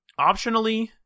Optionally